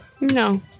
No